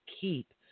keep